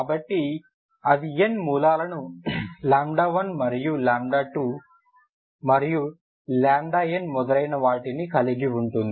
కాబట్టి అది n మూలాలను 1 2మరియు nమొదలైనవాటిని కలిగి ఉంటుంది